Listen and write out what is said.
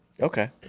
Okay